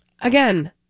Again